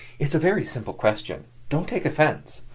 it's a very simple question don't take offense.